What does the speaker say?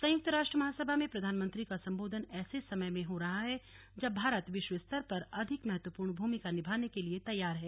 संयुक्त राष्ट्र महासभा में प्रधानमंत्री का संबोधन ऐसे समय हो रहा है जब भारत विश्व स्तर पर अधिक महत्वपूर्ण भूमिका निभाने के लिए तैयार है